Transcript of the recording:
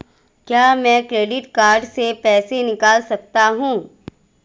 क्या मैं credit card से पैसे निकाल सकता हूँ?